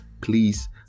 Please